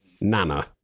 Nana